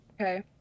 Okay